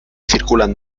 circulan